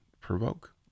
provoke